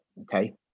okay